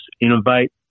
innovate